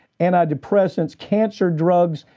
antidepressants, cancer, drugs.